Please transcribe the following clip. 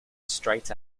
straight